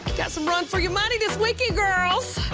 got some run for your money this weekend, girls.